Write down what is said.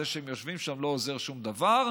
זה שהם יושבים שם לא עוזר שום דבר,